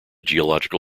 geological